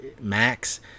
Max